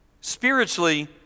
Spiritually